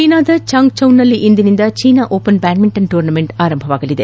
ಚೀನಾದ ಚಾಂಗ್ಜೌನಲ್ಲಿ ಇಂದಿನಿಂದ ಚೀನಾ ಓಪನ್ ಬ್ಯಾಡ್ಮಿಂಟನ್ ಟೂರ್ನಿ ಆರಂಭವಾಗಲಿದೆ